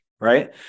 right